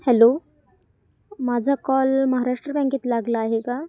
hello माझा call Maharashtra बँकेत लागला आहे का